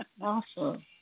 awesome